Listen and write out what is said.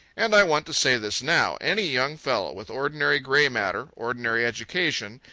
and i want to say this now any young fellow with ordinary gray matter, ordinary education,